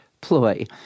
ploy